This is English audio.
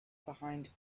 behind